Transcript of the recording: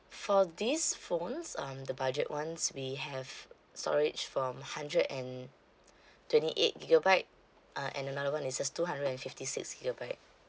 for these phones um the budget ones we have storage from hundred and twenty eight gigabyte uh and another one is the two hundred and fifty six gigabyte